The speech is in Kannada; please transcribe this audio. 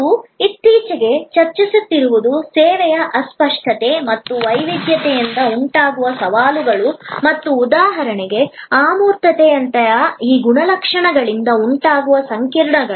ನಾವು ಇತ್ತೀಚೆಗೆ ಚರ್ಚಿಸುತ್ತಿರುವುದು ಸೇವೆಯ ಅಸ್ಪಷ್ಟತೆ ಮತ್ತು ವೈವಿಧ್ಯತೆಯಿಂದ ಉಂಟಾಗುವ ಸವಾಲುಗಳು ಮತ್ತು ಉದಾಹರಣೆಗೆ ಅಮೂರ್ತತೆಯಂತಹ ಈ ಗುಣಲಕ್ಷಣಗಳಿಂದ ಉಂಟಾಗುವ ಸಂಕೀರ್ಣತೆಗಳು